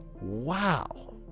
Wow